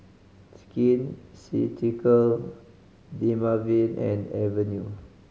Skin Ceuticals Dermaveen and Avene